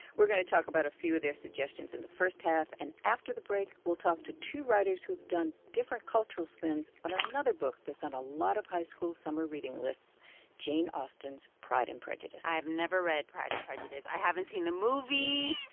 we're going to talk about a few of their suggestions in the first half, and after the break, we'll talk to two writers who've done different cultural spins on another book that's on a lot of high school's summer reading lists jane austen's pride and prejudice. i have never read pride and prejudice. i haven't seen the movie.